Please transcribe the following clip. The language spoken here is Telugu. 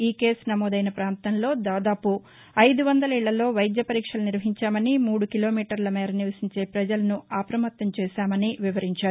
ఈ కేసు నమోదు అయిన పాంతంలో దాదాపు ఐదు వందల ఇళ్ళల్లో వైద్య పరీక్షలు నిర్వహించామని మూడు కిలోమీటర్ల మేర నివసించే ప్రజలను అప్రమత్తం చేశామని వివరించారు